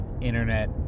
internet